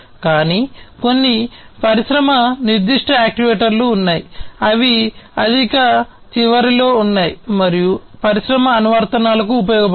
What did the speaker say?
కానీ కొన్ని పరిశ్రమ నిర్దిష్ట యాక్యుయేటర్లు ఉన్నాయి అవి అధిక చివరలో ఉన్నాయి మరియు పరిశ్రమ అనువర్తనాలకు ఉపయోగపడతాయి